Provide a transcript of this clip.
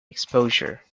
exposure